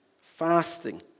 fasting